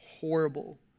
Horrible